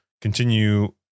continue